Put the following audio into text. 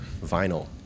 vinyl